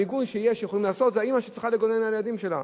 המיגון שיכולים לעשות זה האמא שצריכה לגונן על הילדים שלה.